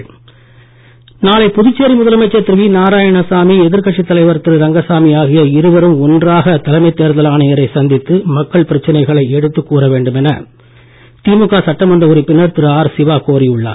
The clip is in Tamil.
சிவா நாளை புதுச்சேரி முதலமைச்சர் திரு வி நாராயணசாமி எதிர்கட்சித் தலைவர் திரு ரங்கசாமி ஆகிய இருவரும் ஒன்றாக தலைமை தேர்தல் ஆணையரைச் சந்தித்து மக்கள் பிரச்சனைகளை எடுத்துக் கூற வேண்டுமென திமுக சட்டமன்ற உறுப்பினர் திரு ஆர் சிவா கோரி உள்ளார்